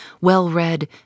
well-read